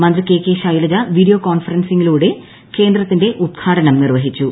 മന്ത്രി കെ കെ ശൈലജ വീഡിയോ കോൺഫറൻസിലൂടെ കേന്ദ്രത്തിന്റെ ഉദ്ഘാടനം നിർവഹിച്ചു